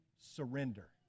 surrender